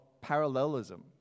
parallelism